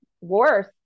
worse